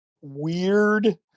weird